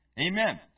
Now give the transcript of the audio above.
Amen